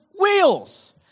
wheels